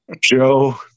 Joe